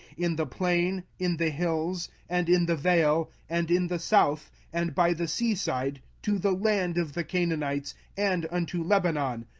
in the plain, in the hills, and in the vale, and in the south, and by the sea side, to the land of the canaanites, and unto lebanon,